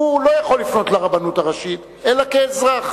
הוא לא יכול לפנות אל הרבנות הראשית אלא כאזרח.